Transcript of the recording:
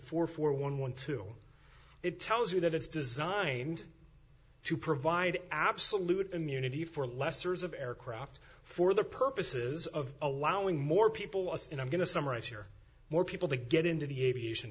four four one one two it tells you that it's designed to provide absolute immunity for lessers of aircraft for the purposes of allowing more people us in i'm going to summarize here more people to get into the aviation